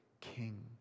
king